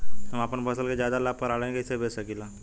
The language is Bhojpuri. हम अपना फसल के ज्यादा लाभ पर ऑनलाइन कइसे बेच सकीला?